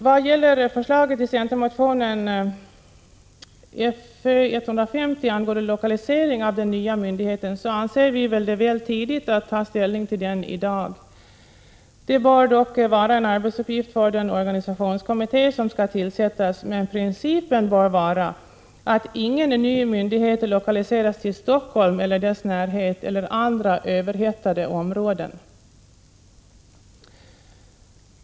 Vad gäller förslaget i centermotionen Fö150 angående lokalisering av den nya myndigheten anser vi det väl tidigt att ta ställning till den i dag. Det bör vara en arbetsuppgift för den organisationskommitté som skall tillsättas. Men principen bör vara att ingen ny myndighet lokaliseras till Stockholm eller dess närhet eller andra överhettade områden.